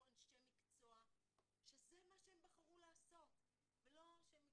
אנשי מקצוע שזה מה שהם בחרו לעשות ולא שהם מתחלפים.